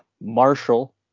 Marshall